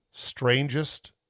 strangest